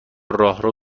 راهرو